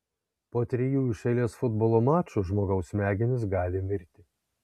po trijų iš eilės futbolo mačų žmogaus smegenys gali mirti